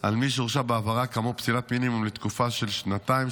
על מי שהורשע בעבירה כאמור פסילת מינימום לתקופה של שנתיים,